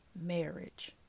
marriage